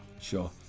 sure